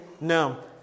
No